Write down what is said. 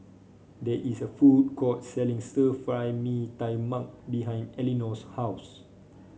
there is a food court selling Stir Fry Mee Tai Mak behind Elinor's house